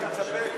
אני מקווה,